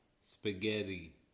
spaghetti